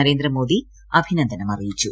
നരേന്ദ്രമോദി അഭിനന്ദനം അറിയിച്ചു